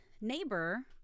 neighbor